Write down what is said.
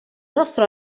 nostro